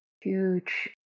huge